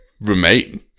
Remain